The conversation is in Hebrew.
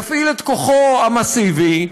יפעיל את כוחו המסיבי,